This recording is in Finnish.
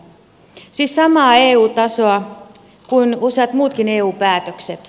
siis samaa eu tasoa kuin useat muutkin eu päätökset